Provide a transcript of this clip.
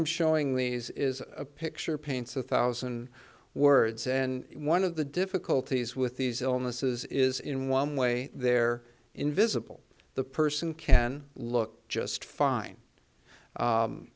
i'm showing these is a picture paints a thousand words and one of the difficulties with these illnesses is in one way they're invisible the person can look just fine